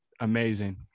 amazing